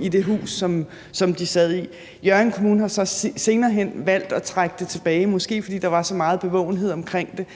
i det hus, som de boede i. Hjørring Kommune har så senere hen valgt at trække den tilbage, måske fordi der var så megen bevågenhed omkring det.